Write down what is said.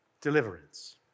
deliverance